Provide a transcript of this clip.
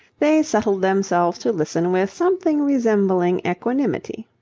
they settled themselves to listen with something resembling equanimity.